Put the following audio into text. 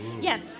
Yes